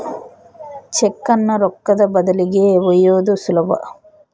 ಚೆಕ್ಕುನ್ನ ರೊಕ್ಕದ ಬದಲಿಗಿ ಒಯ್ಯೋದು ಸುಲಭ